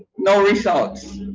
no results.